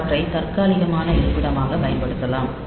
அவற்றை தற்காலிகமான இருப்பிடமாகப் பயன்படுத்தலாம்